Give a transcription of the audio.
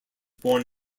born